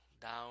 down